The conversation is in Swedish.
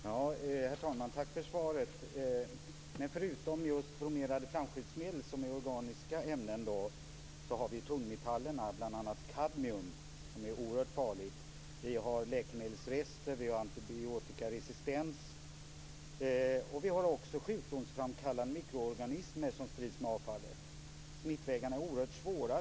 Herr talman! Tack för svaret. Förutom just bromerade flamskyddsmedel, som är organiska ämnen, har vi tungmetallerna, bl.a. kadmium som är oerhört farligt. Vi har läkemedelsrester, vi har antibiotikaresistens, och vi har sjukdomsframkallande mikroorganismer som sprids med avfallet. Smittvägarna är oerhört svåra.